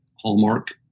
hallmark